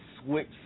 switch